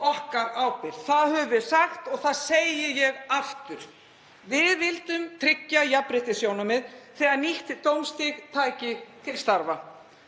okkar ábyrgð. Það höfum við sagt og það segi ég aftur. Við vildum tryggja jafnréttissjónarmið þegar nýtt dómstig tæki til starfa.